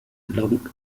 long